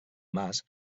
mas